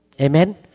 Amen